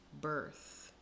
birth